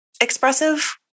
expressive